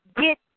get